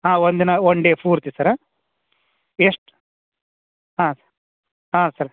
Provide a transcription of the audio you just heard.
ಹಾಂ ಒಂದಿನ one day ಪೂರ್ತಿ ಸರ್ ಎಷ್ಟು ಹಾಂ ಹಾಂ ಸರ್